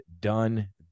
done